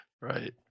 Right